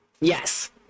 Yes